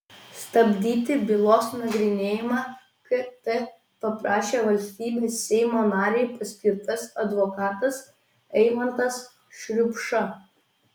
stabdyti bylos nagrinėjimą kt paprašė valstybės seimo narei paskirtas advokatas eimantas šriupša